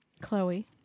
Chloe